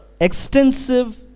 Extensive